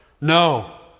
No